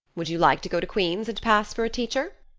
would you like to go to queen's and pass for a teacher?